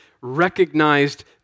recognized